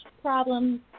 problems